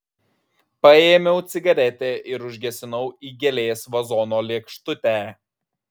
paėmiau cigaretę ir užgesinau į gėlės vazono lėkštutę